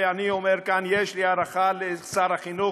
ואני אומר כאן: יש לי הערכה לשר החינוך,